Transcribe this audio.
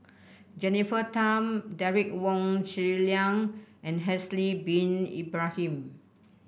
Jennifer Tham Derek Wong Zi Liang and Haslir Bin Ibrahim